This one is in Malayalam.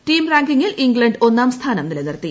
ടീം റാങ്കിങ്ങിൽ ഇംഗ്ളണ്ട് ഒന്നാം സ്ഥാനം നിലനിർത്തി